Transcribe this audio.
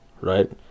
right